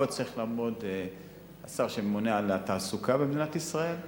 פה צריך לעמוד השר שממונה על התעסוקה במדינת ישראל,